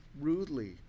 rudely